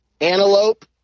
antelope